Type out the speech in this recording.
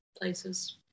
places